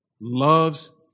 Loves